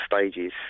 stages